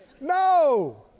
No